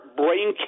brain